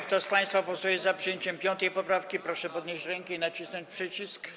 Kto z państwa głosuje za przyjęciem 5. poprawki, proszę podnieść rękę i nacisnąć przycisk.